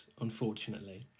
unfortunately